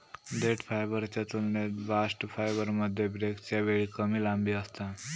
देठ फायबरच्या तुलनेत बास्ट फायबरमध्ये ब्रेकच्या वेळी कमी लांबी असता